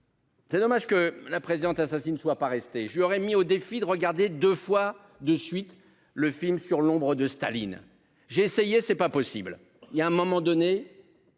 C'est dommage que la présidente assassine soit pas rester, je lui aurais mis au défi de regarder 2 fois de suite le film sur le nombre de Staline. J'ai essayé, c'est pas possible il y a un moment donné.